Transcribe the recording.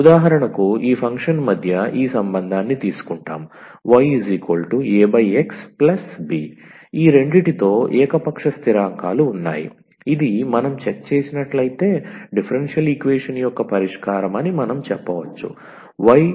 ఉదాహరణకు ఈ ఫంక్షన్ మధ్య ఈ సంబంధాన్ని తీసుకుంటాము yAxB ఈ రెండింటితో ఏకపక్ష స్థిరాంకాలు ఉన్నాయి ఇది మనం చెక్ చేసినట్లైతే డిఫరెన్షియల్ ఈక్వేషన్ యొక్క పరిష్కారం అని మనం చెప్పవచ్చు y2xy0